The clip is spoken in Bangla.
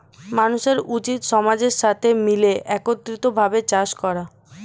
মানুষের উচিত সমাজের সাথে মিলে একত্রিত ভাবে চাষ করা